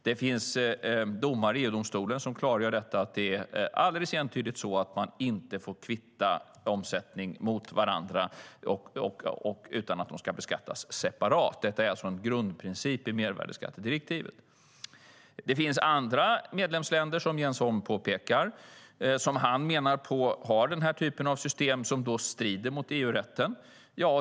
Det finns domar i EU-domstolen som klargör att det alldeles entydigt är så att man inte får kvitta omsättning mot varandra, utan de ska beskattas separat. Det är en grundprincip i mervärdesskattedirektivet. Jens Holm påpekar att det finns länder som har denna typ av system som strider mot EU-rätten.